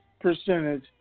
percentage